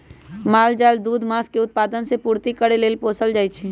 माल जाल दूध, मास के उत्पादन से पूर्ति करे लेल पोसल जाइ छइ